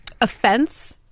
offense